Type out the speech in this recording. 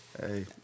hey